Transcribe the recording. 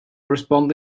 respond